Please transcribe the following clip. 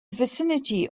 vicinity